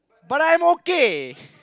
but I'm okay